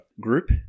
group